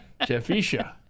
Jeffisha